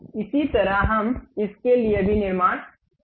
इसी तरह हम इसके लिए भी निर्माण करते हैं